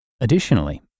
Additionally